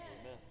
Amen